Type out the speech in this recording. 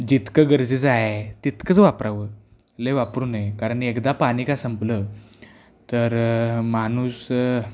जितकं गरजेचं आहे तितकंच वापरावं लय वापरू नये कारण एकदा पाणी का संपलं तर माणूस